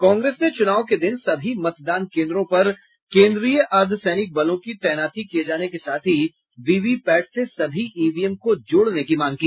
कांग्रेस ने चूनाव के दिन सभी मतदान केन्द्रों पर केन्द्रीय अर्द्वसैनिक बलों की तैनाती किये जाने के साथ ही वीवीपैट से सभी ईवीएम को जोड़ने की मांग की